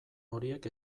horiek